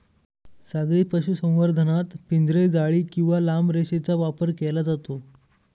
सागरी पशुसंवर्धनात पिंजरे, जाळी किंवा लांब रेषेचा वापर केला जातो